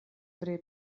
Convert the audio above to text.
tre